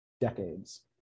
decades